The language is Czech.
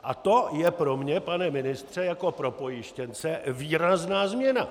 A to je pro mě, pane ministře, jako pro pojištěnce výrazná změna.